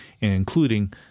including